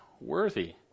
worthy